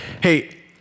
Hey